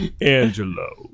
Angelo